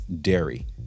dairy